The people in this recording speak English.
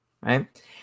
right